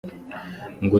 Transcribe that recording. ngo